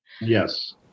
Yes